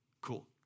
Cool